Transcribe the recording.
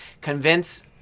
convince